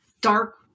dark